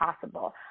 possible